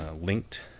Linked